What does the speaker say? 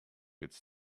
it’s